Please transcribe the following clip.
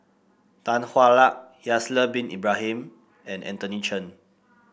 Tan Hwa Luck Haslir Bin Ibrahim and Anthony Chen